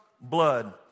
blood